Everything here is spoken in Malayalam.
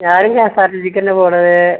ഞാനും കെ എസ് ആർ ടി സിക്ക് തന്നെ പോവുന്നത്